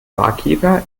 barkeeper